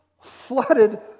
flooded